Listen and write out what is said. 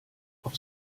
auf